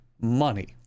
money